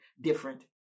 different